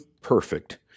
perfect